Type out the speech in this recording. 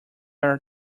are